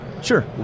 Sure